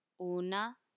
una